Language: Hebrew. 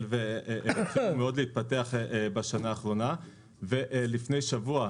התחילו מאוד להתפתח בשנה האחרונה ולפני שבוע,